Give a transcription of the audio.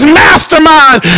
mastermind